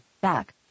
Back